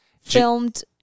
filmed